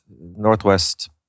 northwest